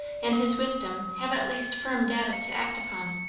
and his wisdom have at least firm data to act upon.